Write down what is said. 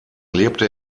lebte